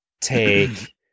take